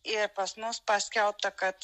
ir pas mus paskelbta kad